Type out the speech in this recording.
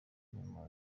nyuma